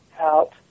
out